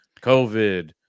COVID